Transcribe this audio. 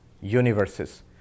universes